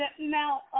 Now